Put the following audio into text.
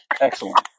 Excellent